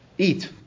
Eat